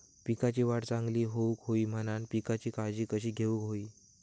पिकाची वाढ चांगली होऊक होई म्हणान पिकाची काळजी कशी घेऊक होई?